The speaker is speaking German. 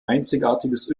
einzigartiges